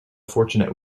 fortunate